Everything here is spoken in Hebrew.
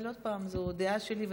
אבל עוד פעם, זו דעה שלי.